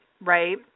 right